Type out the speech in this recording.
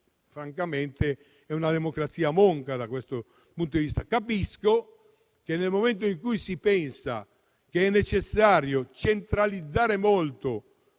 francamente è una democrazia monca. Capisco che nel momento in cui si pensa che è necessario centralizzare molto,